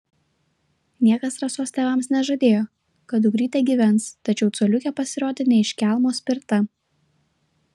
niekas rasos tėvams nežadėjo kad dukrytė gyvens tačiau coliukė pasirodė ne iš kelmo spirta